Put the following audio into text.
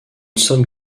sommes